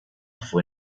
fue